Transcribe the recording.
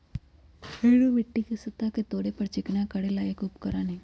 harrow मिट्टी के सतह के तोड़े और चिकना करे ला एक उपकरण हई